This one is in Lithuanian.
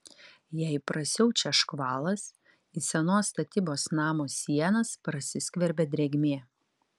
jei prasiaučia škvalas į senos statybos namo sienas prasiskverbia drėgmė